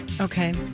Okay